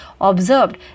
observed